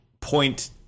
point